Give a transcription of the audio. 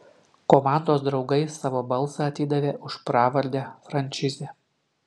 komandos draugai savo balsą atidavė už pravardę frančizė